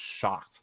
shocked